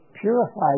purified